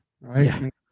right